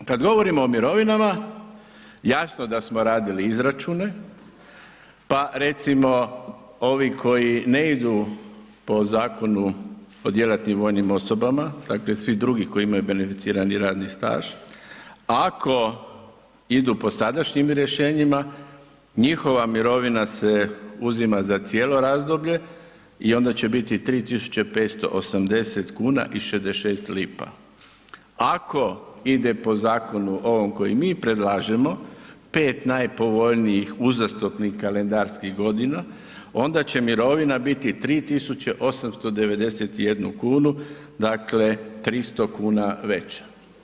Kad govorimo o mirovinama, jasno da smo radili izračune, pa recimo ovi koji ne idu po Zakonu o djelatnim vojnim osobama, dakle svi drugi koji imaju beneficirani radni staž, ako idu po sadašnjim rješenjima, njihova mirovina se uzima za cijelo razdoblje i onda će biti 3.580,66 kn, ako ide po zakonu ovom koji mi predlažemo, 5 najpovoljnijih uzastopnih kalendarskih godina onda će mirovina biti 3.891,00 kn, dakle 300,00 kn veća.